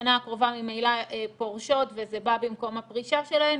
בשנה הקרובה ממילא פורשות וזה בא במקום הפרישה שלהן,